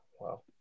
Wow